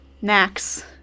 Max